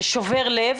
זה שובר לב.